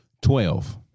Twelve